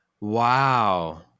Wow